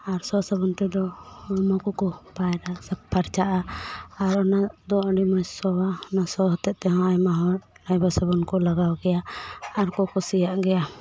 ᱟᱨ ᱥᱚ ᱥᱟᱵᱚᱱ ᱛᱮᱫᱚ ᱦᱚᱲᱢᱚ ᱠᱚᱠᱚ ᱯᱟᱭᱨᱟ ᱥᱟᱯᱟ ᱯᱷᱟᱨᱪᱟᱜᱼᱟ ᱟᱨ ᱚᱱᱟ ᱫᱚ ᱟᱹᱰᱤ ᱢᱚᱡᱽ ᱥᱚᱣᱟ ᱚᱱᱟ ᱥᱚ ᱦᱚᱛᱮᱜ ᱛᱮᱦᱚᱸ ᱟᱭᱢᱟ ᱦᱚᱲ ᱟᱭᱢᱟ ᱥᱟᱵᱚᱱ ᱠᱚ ᱞᱟᱜᱟᱣ ᱜᱮᱭᱟ ᱟᱨ ᱠᱚ ᱠᱩᱥᱤᱭᱟᱜ ᱜᱮᱭᱟ